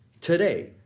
today